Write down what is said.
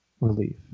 relief